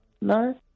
No